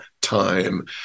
time